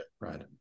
right